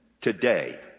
today